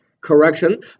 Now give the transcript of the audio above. correction